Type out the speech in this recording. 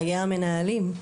היה מנהלים?